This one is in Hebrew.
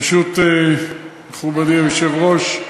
ברשות מכובדי היושב-ראש,